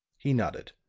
he nodded.